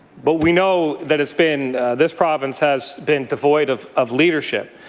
but we know that it's been this province has been devoid of of leadership.